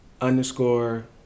underscore